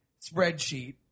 spreadsheet